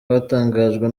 batangajwe